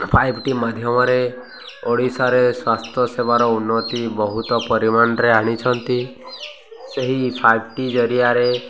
five T ମାଧ୍ୟମରେ ଓଡ଼ିଶାରେ ସ୍ୱାସ୍ଥ୍ୟ ସେବାର ଉନ୍ନତି ବହୁତ ପରିମାଣରେ ଆଣିଛନ୍ତି ସେହି ଫାଇଭ୍ ଟି ଜରିଆରେ